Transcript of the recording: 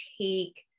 take